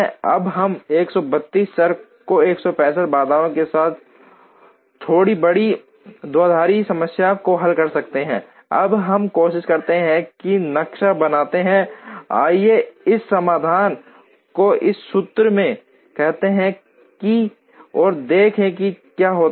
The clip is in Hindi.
अब हम 132 चर और 165 बाधाओं के साथ थोड़ी बड़ी द्विआधारी समस्या को हल करते हैं अब हम कोशिश करते हैं और नक्शा बनाते हैं आइए इस समाधान को इस सूत्र में कहते हैं और देखें कि क्या होता है